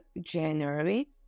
January